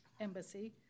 embassy